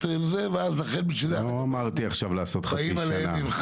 ואז באים אליהן --- לא אמרתי עכשיו לעשות חצי שנה.